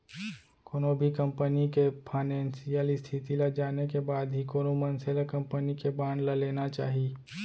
कोनो भी कंपनी के फानेसियल इस्थिति ल जाने के बाद ही कोनो मनसे ल कंपनी के बांड ल लेना चाही